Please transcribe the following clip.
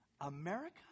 America